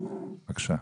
אדון בריק, בבקשה.